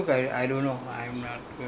you cooking nothing you are you